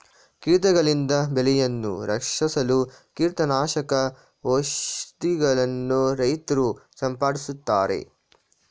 ಕೀಟಗಳಿಂದ ಬೆಳೆಯನ್ನು ರಕ್ಷಿಸಲು ಕೀಟನಾಶಕ ಔಷಧಿಗಳನ್ನು ರೈತ್ರು ಸಿಂಪಡಿಸುತ್ತಾರೆ